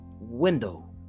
window